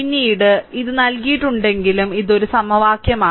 പിന്നീട് ഇത് നൽകിയിട്ടുണ്ടെങ്കിലും ഇത് ഒരു സമവാക്യമാണ്